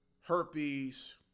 herpes